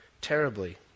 terribly